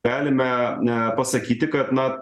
galime e pasakyti kad na